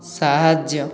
ସାହାଯ୍ୟ